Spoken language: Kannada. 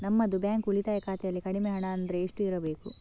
ನಮ್ಮದು ಬ್ಯಾಂಕ್ ಉಳಿತಾಯ ಖಾತೆಯಲ್ಲಿ ಕಡಿಮೆ ಹಣ ಅಂದ್ರೆ ಎಷ್ಟು ಇರಬೇಕು?